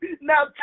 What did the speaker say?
Now